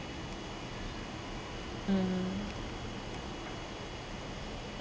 mm